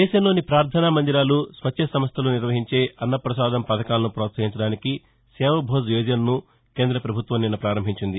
దేశంలోని పార్దనా మందిరాలు స్వచ్చసంస్టలు నిర్వహించే అన్న ప్రసాదం పధకాలను ప్రోత్సహించడానికి సేవభోజ్ యోజనను కేంద ప్రభుత్వం నిన్న ప్రారంభించింది